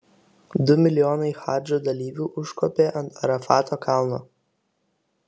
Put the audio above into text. du milijonai hadžo dalyvių užkopė ant arafato kalno